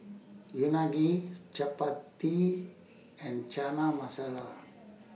Unagi Chapati and Chana Masala